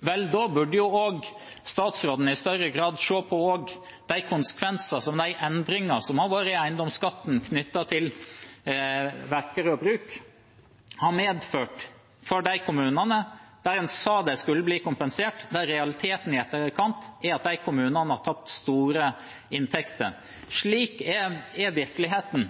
Vel, da burde statsråden også i større grad se på konsekvensene som endringene i eiendomsskatten knyttet til verk og bruk har fått for de kommunene som man sa skulle bli kompensert, men der realiteten i etterkant er at de har tapt store inntekter. Slik er virkeligheten.